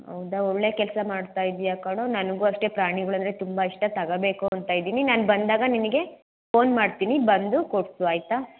ಹೌದ ಒಳ್ಳೆಯ ಕೆಲಸ ಮಾಡ್ತಾಯಿದ್ದೀಯ ಕಣೋ ನನಗು ಅಷ್ಟೇ ಪ್ರಾಣಿಗಳಂದ್ರೆ ತುಂಬ ಇಷ್ಟ ತಗೋಬೇಕು ಅಂತ ಇದ್ದೀನಿ ನಾನು ಬಂದಾಗ ನಿನಗೆ ಫೋನ್ ಮಾಡ್ತೀನಿ ಬಂದು ಕೊಡಿಸು ಆಯಿತಾ